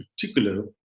particular